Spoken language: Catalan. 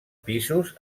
pisos